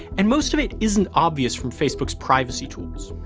and most of it isn't obvious from facebook's privacy tools.